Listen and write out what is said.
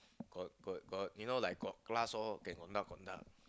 got got got you know like got glass lor can conduct conduct